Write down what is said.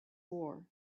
war